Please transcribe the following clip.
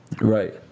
Right